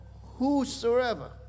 whosoever